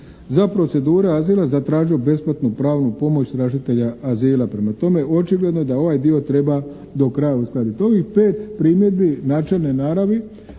za procedure azila zatraže besplatnu pravnu pomoć tražitelja azila. Prema tome očigledno je da ovaj dio treba do kraja uskladiti. Ovih pet primjedbi načelne naravi